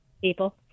people